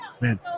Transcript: man